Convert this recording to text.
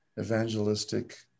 evangelistic